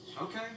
Okay